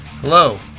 Hello